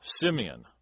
Simeon